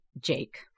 Jake